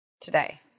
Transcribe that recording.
today